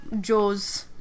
Jaws